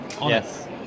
Yes